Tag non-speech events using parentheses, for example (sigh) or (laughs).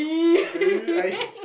gay (laughs)